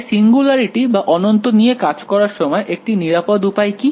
তাই সিঙ্গুলারিটি বা অনন্ত নিয়ে কাজ করার সময় একটি নিরাপদ উপায় কি